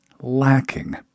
lacking